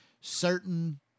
certain